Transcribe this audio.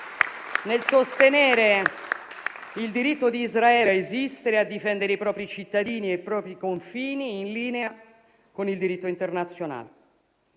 nel sostenere il diritto di Israele a esistere, a difendere i propri cittadini e i propri confini, in linea con il diritto internazionale.